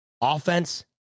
Offense